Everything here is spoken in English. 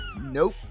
Nope